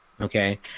okay